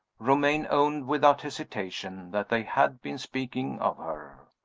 romayne owned without hesitation that they had been speaking of her.